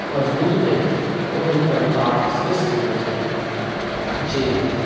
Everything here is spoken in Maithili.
मजबुरीमे ओहन कविताक सृष्टि भेल जे